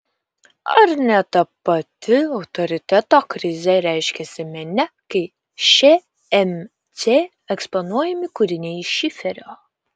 ar ne ta pati autoriteto krizė reiškiasi mene kai šmc eksponuojami kūriniai iš šiferio